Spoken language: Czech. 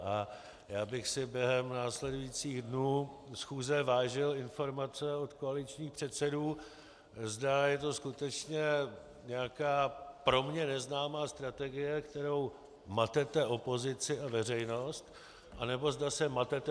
A já bych si během následujících dnů schůze vážil informace od koaličních předsedů, zda je to skutečně nějaká pro mě neznámá strategie, kterou matete opozici a veřejnost, anebo zda se matete navzájem.